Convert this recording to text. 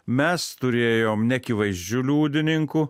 mes turėjom neakivaizdžių liudininkų